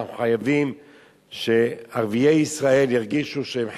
אנחנו חייבים שערביי ישראל ירגישו שהם חלק,